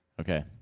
Okay